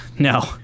No